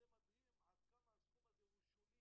יש פה נציג של השלטון המקומי?